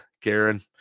Karen